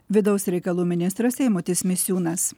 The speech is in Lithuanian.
vidaus reikalų ministras eimutis misiūnas